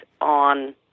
on